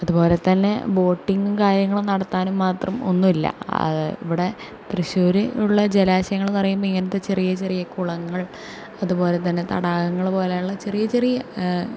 അതുപോലെ തന്നെ ബോട്ടിങ്ങും കാര്യങ്ങളും നടത്താനും മാത്രം ഒന്നുമില്ല ഇവിടെ തൃശ്ശൂർ ഉള്ള ജലാശയങ്ങളൾ എന്ന് പറയുമ്പോൾ ഇങ്ങനത്തെ ചെറിയ ചെറിയ കുളങ്ങൾ അതുപോലെ തന്നെ തടാകങ്ങൾ പോലെ ഉള്ള ചെറിയത് ചെറിയത്